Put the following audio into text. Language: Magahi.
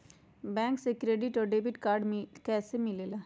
बैंक से क्रेडिट और डेबिट कार्ड कैसी मिलेला?